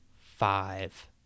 five